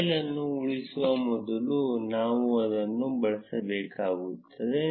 file ಅನ್ನು ಉಳಿಸುವ ಮೊದಲು ನಾವು ಇದನ್ನು ಬದಲಾಯಿಸಬೇಕಾಗಿದೆ